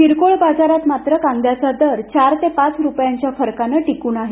किरकोळ बाजारात मात्र कांद्याचा दर दोन चार रुपयांच्या फरकाने टिकून आहे